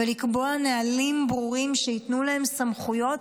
ולקבוע נהלים ברורים שייתנו להם סמכויות